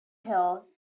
hill